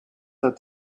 that